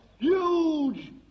huge